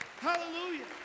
hallelujah